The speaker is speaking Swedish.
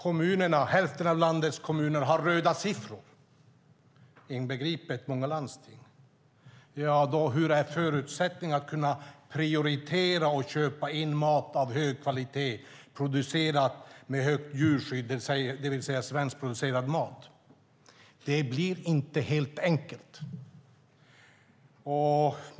Om hälften av landets kommuner, inbegripet många landsting, har röda siffror, hur är då förutsättningarna att prioritera att köpa in mat av hög kvalitet producerad med högt djurskydd, det vill säga svenskproducerad mat? Det blir inte helt enkelt.